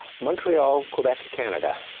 montreal, quebec, canada.